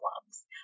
problems